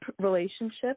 relationship